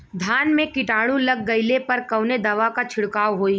धान में कीटाणु लग गईले पर कवने दवा क छिड़काव होई?